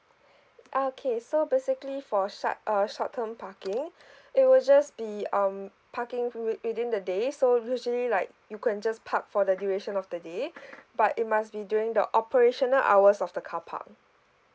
okay so basically for shut uh short term parking it will just be um parking through within the day so usually like you can just park for the duration of the day but it must be during the operational hours of the carpark